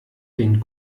den